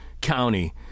county